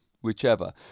whichever